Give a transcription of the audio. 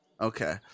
Okay